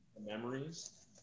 Memories